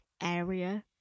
area